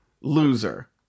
loser